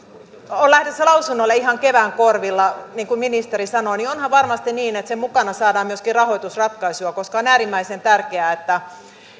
on lähdössä lausunnolle ihan kevään korvilla niin kuin ministeri sanoi onhan varmasti niin että sen mukana saadaan myöskin rahoitusratkaisuja koska on äärimmäisen tärkeää että